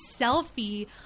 selfie